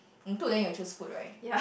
two of them you choose food right